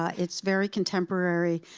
ah it's very contemporary.